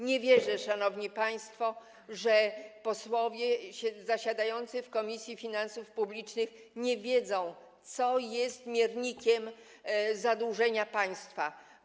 Nie wierzę, szanowni państwo, że posłowie zasiadający w Komisji Finansów Publicznych nie wiedzą, co jest miernikiem zadłużenia państwa.